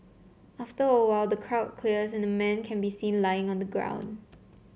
after a while the crowd clears and a man can be seen lying on the ground